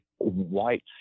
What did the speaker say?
white